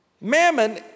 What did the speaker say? Mammon